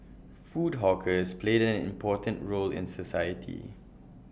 food hawkers played an important role in society